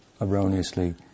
erroneously